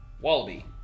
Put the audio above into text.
wallaby